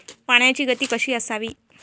पाण्याची गती कशी असावी?